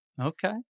Okay